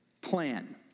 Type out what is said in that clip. plan